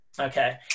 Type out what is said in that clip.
okay